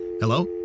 Hello